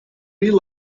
real